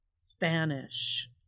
Spanish